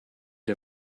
der